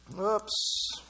Oops